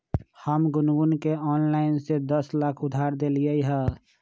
हम गुनगुण के ऑनलाइन से दस लाख उधार देलिअई ह